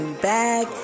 Back